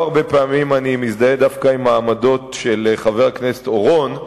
לא הרבה פעמים אני מזדהה דווקא עם העמדות של חבר הכנסת אורון,